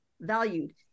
valued